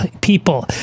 people